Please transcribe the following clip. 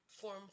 form